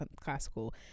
classical